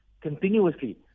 continuously